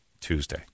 Tuesday